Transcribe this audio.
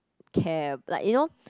care like you know